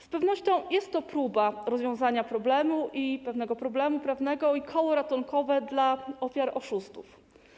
Z pewnością jest to próba rozwiązania pewnego problemu prawnego i koło ratunkowe dla ofiar oszustów.